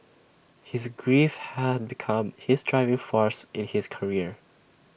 his grief had become his driving force in his career